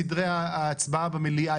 אבל זה משנה את סדרי ההצבעה במליאה,